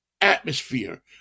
atmosphere